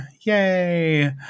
Yay